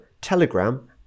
telegram